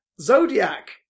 Zodiac